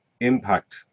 impact